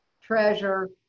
treasure